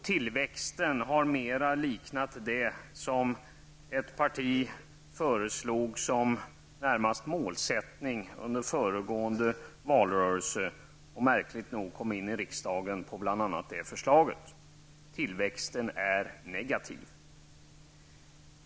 Tillväxten har mer liknat det som ett parti under föregående valrörelse närmast föreslog som målsättning och märkligt nog kom in i riksdagen på: Den är negativ.